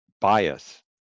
bias